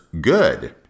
good